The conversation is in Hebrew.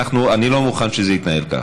אני לא מוכן שזה יתנהל כך.